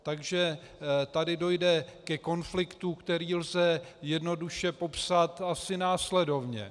Takže tady dojde ke konfliktu, který lze jednoduše popsat asi následovně.